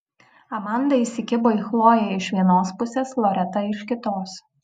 amanda įsikibo į chloję iš vienos pusės loreta iš kitos